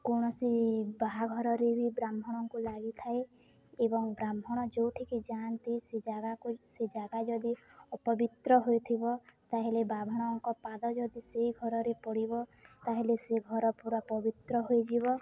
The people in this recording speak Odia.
କୌଣସି ବାହାଘରରେ ବି ବ୍ରାହ୍ମଣଙ୍କୁ ଲାଗିଥାଏ ଏବଂ ବ୍ରାହ୍ମଣ ଯେଉଁଠିକି ଯାଆନ୍ତି ସେ ଜାଗାକୁ ସେ ଜାଗା ଯଦି ଅପବିତ୍ର ହୋଇଥିବ ତା'ହେଲେ ବ୍ରାହ୍ମଣଙ୍କ ପାଦ ଯଦି ସେଇ ଘରରେ ପଡ଼ିବ ତା'ହେଲେ ସେ ଘର ପୁରା ପବିତ୍ର ହୋଇଯିବ